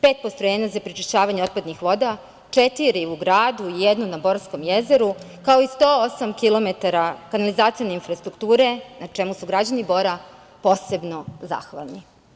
Pet postrojenja za prečišćavanje otpadnih voda, četiri u gradu, jedno na Borskom jezeru, kao i 108 km kanalizacione infrastrukture, na čemu su građani Bora posebno zahvalni.